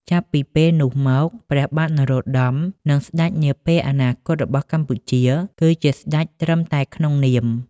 ចាប់ពីពេលនោះមក ព្រះបាទនរោត្តម និងស្តេចនាពេលអនាគតរបស់កម្ពុជា គឺជាស្តេចត្រឹមតែក្នុងនាម។